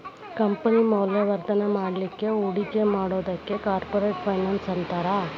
company ಮೌಲ್ಯವರ್ಧನ ಮಾಡ್ಲಿಕ್ಕೆ ಹೂಡಿಕಿ ಮಾಡೊದಕ್ಕ ಕಾರ್ಪೊರೆಟ್ ಫೈನಾನ್ಸ್ ಅಂತಾರ